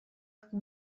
как